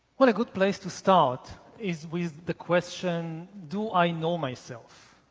what a good place to start is with the question, do i know myself?